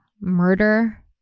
murder